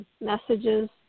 messages